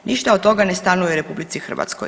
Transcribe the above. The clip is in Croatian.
Ništa od toga ne stanuje u RH.